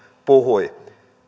puhui